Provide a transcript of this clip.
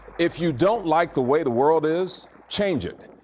if you don't like the way the world is, change it,